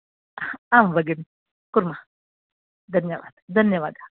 आम् भगिनि कुर्मः धन्यवाद् धन्यवादः